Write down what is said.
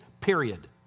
period